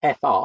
FR